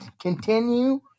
continue